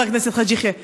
חבר הכנסת חאג' יחיא,